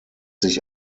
sich